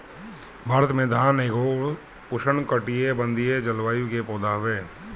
भारत में धान एगो उष्णकटिबंधीय जलवायु के पौधा हवे